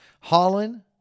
Holland